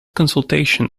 consultation